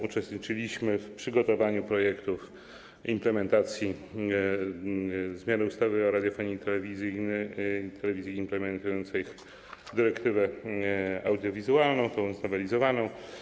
Uczestniczyliśmy w przygotowaniu projektów implementacji, zmiany ustawy o radiofonii i telewizji implementującej dyrektywę audiowizualną, tę znowelizowaną.